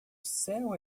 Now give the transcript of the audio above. céu